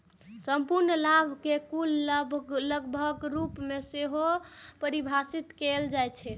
संपूर्ण लाभ कें कुल लाभक रूप मे सेहो परिभाषित कैल जाइ छै